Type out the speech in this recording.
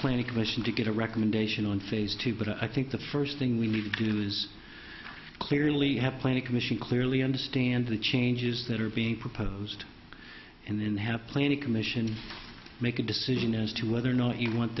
planning commission to get a recommendation on phase two but i think the first thing we need to do is clearly have planning commission clearly understand the changes that are being proposed and then have a planning commission make a decision as to whether or not you want